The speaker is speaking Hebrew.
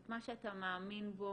את מה שאתה מאמין בו,